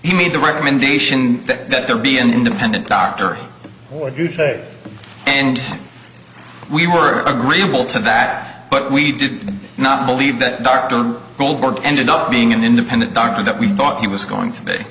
we made the recommendation that there be an independent doctor what you say and we were agreeable to that but we did not believe that dr goldberg ended up being an independent don that we thought he was going to be